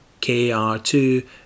KR2